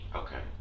okay